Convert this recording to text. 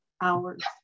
hours